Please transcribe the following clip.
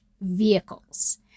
vehicles